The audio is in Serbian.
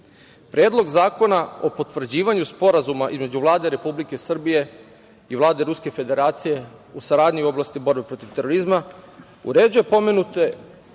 red. Predlog zakona o potvrđivanju Sporazuma između Vlade Republike Srbije i Vlade Ruske Federacije u saradnji u oblasti borbe protiv terorizma uređuje pomenute